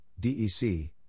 DEC